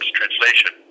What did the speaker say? translation